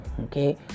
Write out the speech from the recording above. okay